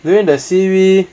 during the C_B